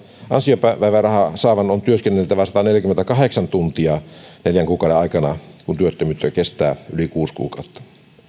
ansiopäivärahaa saavan on työskenneltävä sataneljäkymmentäkahdeksan tuntia neljän kuukauden aikana kun työttömyyttä kestää yli kuusi kuukautta